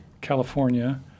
California